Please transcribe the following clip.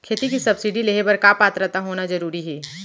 खेती के सब्सिडी लेहे बर का पात्रता होना जरूरी हे?